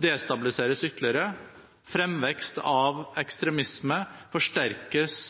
destabiliseres ytterligere, fremvekst av ekstremisme forsterkes,